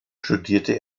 studierte